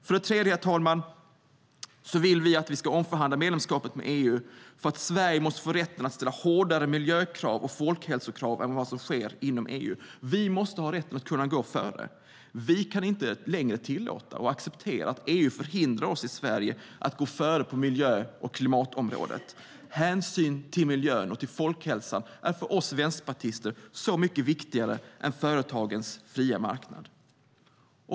För det tredje, herr talman, måste Sverige få rätten att ställa hårdare miljökrav och folkhälsokrav än vad som sker inom EU. Vi måste ha rätt att kunna gå före. Vi kan inte längre tillåta och acceptera att EU förhindrar Sverige att gå före på miljö och klimatområdet. Hänsyn till miljö och folkhälsa är för Vänsterpartiet mycket viktigare än företagens fria marknad.